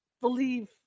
believe